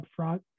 upfront